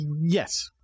Yes